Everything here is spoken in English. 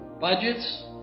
budgets